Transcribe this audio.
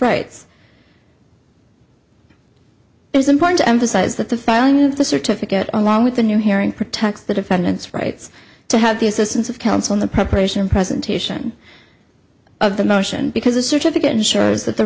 rights is important to emphasize that the filing of the certificate on along with the new hearing protects the defendant's rights to have the assistance of counsel in the preparation presentation of the motion because a certificate